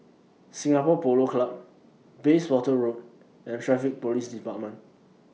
Singapore Polo Club Bayswater Road and Traffic Police department